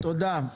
תודה.